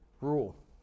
rule